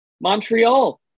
Montreal